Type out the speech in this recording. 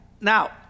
Now